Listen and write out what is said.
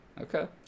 Okay